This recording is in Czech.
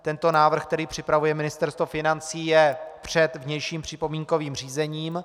Tento návrh, který připravuje Ministerstvo financí, je před vnějším připomínkovým řízením.